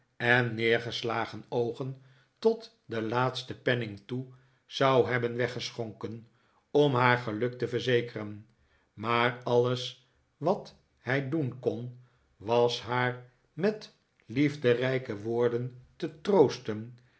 en neergeslagen oogen tot den laatsten penning toe zou hebben weggeschonken om haar geluk te verzekeren maar alles wat hij doen kon was haar met liefderijke woorden te troosten